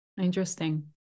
Interesting